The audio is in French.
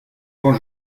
quand